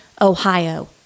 Ohio